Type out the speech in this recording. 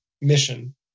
mission